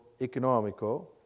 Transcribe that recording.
economico